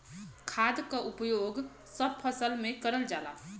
खाद क उपयोग सब फसल में करल जाला